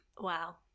Wow